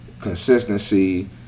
consistency